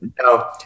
No